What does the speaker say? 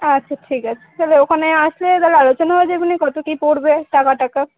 আচ্ছা ঠিক আছে তালে ওখানে আসলে তাহলে আলোচনা হয়ে যাবেনে কতো কী পড়বে টাকা টাকা